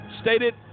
stated